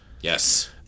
Yes